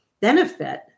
benefit